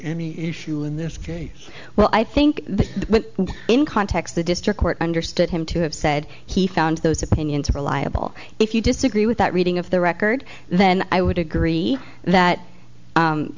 any issue in this case well i think that in context the district court understood him to have said he found those opinions reliable if you disagree with that reading of the record then i would agree that